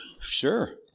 Sure